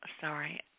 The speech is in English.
Sorry